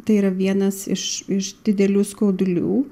tai yra vienas iš iš didelių skaudulių